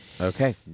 Okay